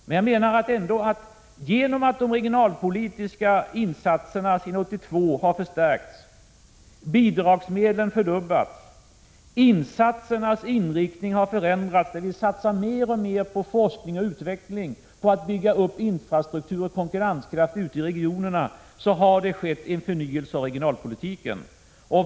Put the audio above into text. Men på grund av att de regionalpolitiska insatserna sedan 1982 förstärkts, bidragsmedlen fördubblats och insatsernas inriktning förändrats — vi satsar mer och mer på forskning och utveckling och på uppbyggandet av infrastruktur och konkurrenskraft ute i regionerna — har det skett en förnyelse av regionalpolitiken.